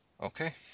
Okay